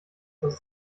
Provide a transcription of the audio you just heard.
dass